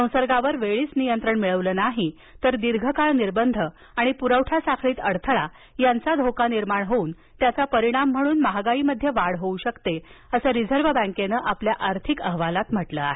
संसर्गावर वेळीच नियंत्रण मिळवलं नाही तर दीर्घकाळ निर्बंध आणि प्रवठा साखळीत अडथळा यांचा धोका निर्माण होऊन त्याचा परिणाम म्हणून महागाई वाढ होऊ शकते असं रिझर्व बँकेनं आपल्या आर्थिक अहवालात म्हटलं आहे